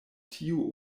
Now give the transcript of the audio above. tiu